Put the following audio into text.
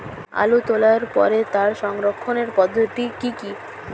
আলু তোলার পরে তার সংরক্ষণের পদ্ধতি কি কি?